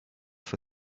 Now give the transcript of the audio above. for